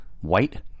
White